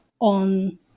on